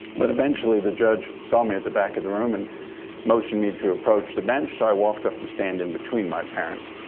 but eventually, the judge saw me at the back of the room and motioned me to approach the bench. so i walked up the stand in between my parents.